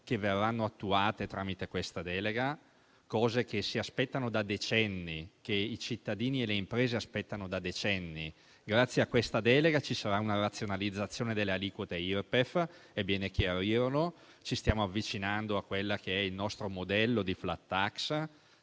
che verranno attuate tramite questa delega che i cittadini e le imprese aspettano da decenni. Grazie a questa delega ci sarà una razionalizzazione delle aliquote Irpef - è bene chiarirlo - e ci stiamo avvicinando a quello che è il nostro modello di *flat tax*: